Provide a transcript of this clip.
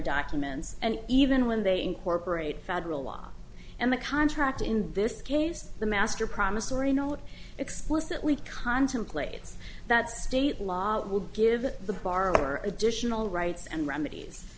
documents and even when they incorporate federal law and the contract in this case the master promissory note explicitly contemplates that state law will give the borrower additional rights and remedies